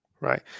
Right